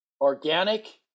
organic